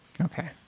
okay